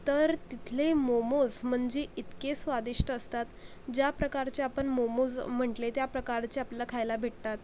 तर तिथले मोमोज म्हणजे इतके स्वादिष्ट असतात ज्या प्रकारचे आपण मोमोज म्हटले त्या प्रकारचे आपल्याला खायला भेटतात